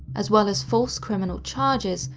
as well as false criminal charges,